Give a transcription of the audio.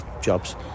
jobs